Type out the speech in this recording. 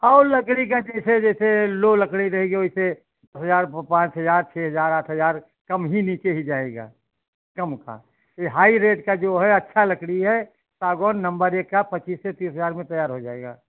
और लकड़ी का जैसे जैसे लो लकड़ी रहेगी वैसे हजार वो पाँच हजार छः हजार आठ हजार कम ही नीचे ही जाएगा कम का ये हाई रेट का जो है अच्छा लकड़ी है सागौन नम्बर एक का बीस से पच्चीस हजार में तैयार हो जाएगा